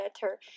better